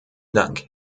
dank